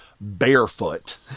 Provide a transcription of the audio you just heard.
barefoot